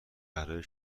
برای